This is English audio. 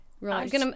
Right